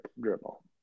dribble